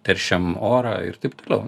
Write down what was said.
teršiam orą ir taip toliau